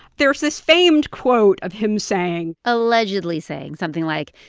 there's this famed quote of him saying. allegedly saying something like,